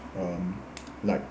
um like